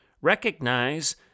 Recognize